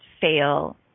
fail